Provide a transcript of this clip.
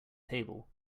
table